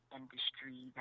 industry